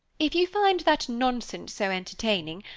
if you find that nonsense so entertaining,